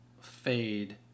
fade